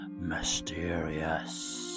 mysterious